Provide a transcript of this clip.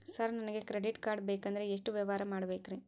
Sir ನನಗೆ credit card ಬೇಕಂದ್ರೆ ಎಷ್ಟು ವ್ಯವಹಾರ ಮಾಡಬೇಕ್ರಿ?